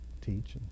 teach